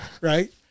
Right